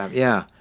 ah yeah.